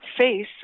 face